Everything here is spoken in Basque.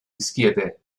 dizkiete